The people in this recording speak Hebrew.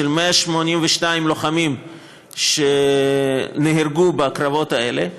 של 182 לוחמים שנהרגו בקרבות האלה,